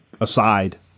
aside